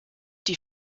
die